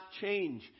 change